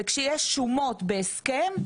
וכשיש שומות בהסכם,